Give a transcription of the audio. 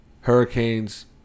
Hurricanes